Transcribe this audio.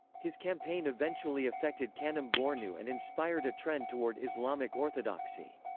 his campaign eventually affected kanem-bornu and inspired a trend toward islamic orthodoxy.